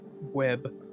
web